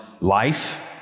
life